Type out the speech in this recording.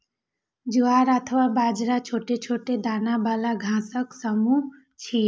ज्वार अथवा बाजरा छोट छोट दाना बला घासक समूह छियै